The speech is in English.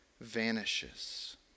vanishes